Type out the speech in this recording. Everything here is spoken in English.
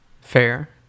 Fair